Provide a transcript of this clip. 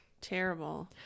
Terrible